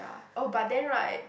ya oh but then right